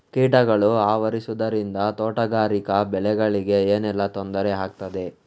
ಕೀಟಗಳು ಆವರಿಸುದರಿಂದ ತೋಟಗಾರಿಕಾ ಬೆಳೆಗಳಿಗೆ ಏನೆಲ್ಲಾ ತೊಂದರೆ ಆಗ್ತದೆ?